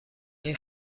این